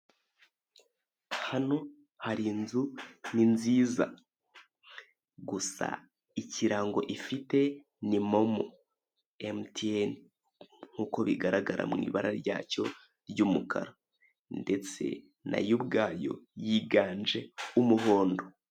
Hano hari inzu ni nziza gusa ikirango ifite ni momo mtn, nkuko bigaragara mu ibara ryacyo ry'umukara ndetse nayo ubwayo yiganje umuhondo.